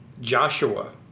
Joshua